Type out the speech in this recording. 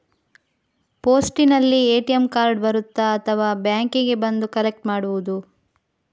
ಪೋಸ್ಟಿನಲ್ಲಿ ATM card ಬರುತ್ತಾ ಅಥವಾ ಬ್ಯಾಂಕಿಗೆ ಬಂದು ಕಲೆಕ್ಟ್ ಮಾಡುವುದು?